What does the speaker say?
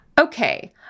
Okay